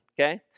okay